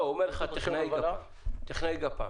הוא מדבר על טכנאי גפ"מ.